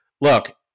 look